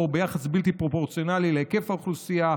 ביחס בלתי פרופורציונלי להיקף האוכלוסייה.